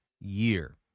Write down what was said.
year